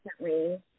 recently